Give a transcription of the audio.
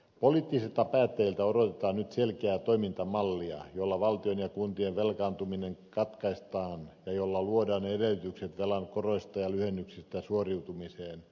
poliittisilta päättäjiltä odotetaan nyt selkeää toimintamallia jolla valtion ja kuntien velkaantuminen katkaistaan ja jolla luodaan edellytykset velan koroista ja lyhennyksistä suoriutumiseen